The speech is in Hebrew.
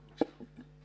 ע'דיר, בבקשה.